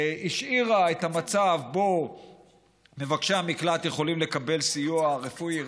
השאירה את המצב שבו מבקשי המקלט יכולים לקבל סיוע רפואי,